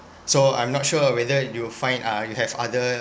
so I'm not sure whether you'll find uh you have other